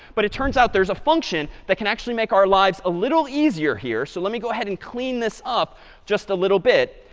but it turns out there's a function that can actually make our lives a little easier here. so let me go ahead and clean this up just a little bit.